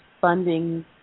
funding